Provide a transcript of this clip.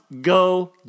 go